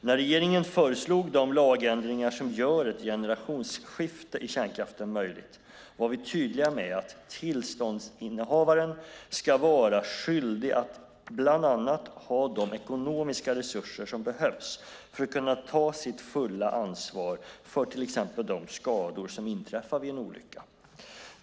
När regeringen föreslog de lagändringar som gör ett generationsskifte i kärnkraften möjligt var vi tydliga med att tillståndshavaren ska vara skyldig att bland annat ha de ekonomiska resurser som behövs för att kunna ta sitt fulla ansvar för till exempel de skador som inträffar vid en olycka.